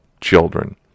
children